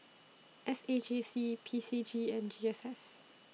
S A J C P C G and G S S